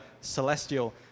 celestial